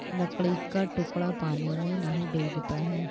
लकड़ी का टुकड़ा पानी में नहीं डूबता है